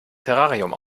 terrarium